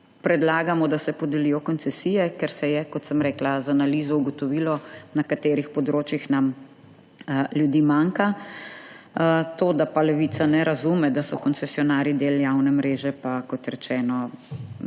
predlagamo, da se podelijo koncesije, ker se je, kot sem rekla z analizo ugotovilo na katerih področjih nam ljudi manjka. To da pa Levica ne razume, da so koncesionarji del javne mreže pa kot rečeno